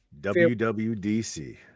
WWDC